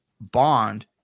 bond